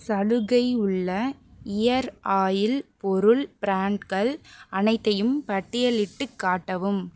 சலுகை உள்ள ear oil பொருள் ப்ராண்ட்கள் அனைத்தையும் பட்டியலிட்டுக் காட்டவும்